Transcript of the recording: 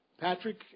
Patrick